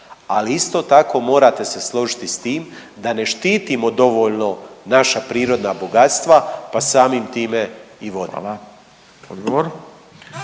ali isto tako, morate se složiti s tim da ne štitimo dovoljno naša prirodna bogatstva pa samim time i vode.